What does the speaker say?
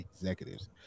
executives